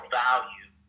value